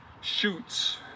shoots